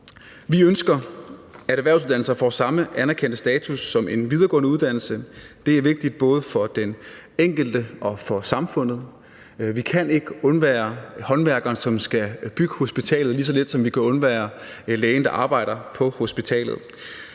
Vi ønsker, at erhvervsuddannelser får samme anerkendte status som en videregående uddannelse. Det er vigtigt både for den enkelte og for samfundet. Vi kan ikke undvære håndværkeren, som skal bygge hospitalet, lige så lidt som vi kan undvære lægen, der arbejder på hospitalet.